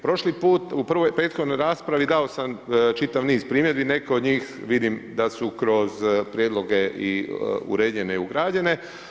Prošli put u prethodnoj raspravi dao sam čitav niz primjedbi, neke od njih vidim da su kroz prijedloge i uređene i ugrađene.